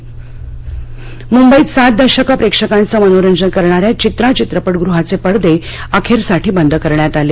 चित्रा मुंबईत सात दशकं प्रेक्षकांचं मनोरंजन करणाऱ्या चित्रा चित्रपटगुहाचे पडदे अखेरसाठी बंद करण्यात आले